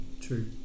true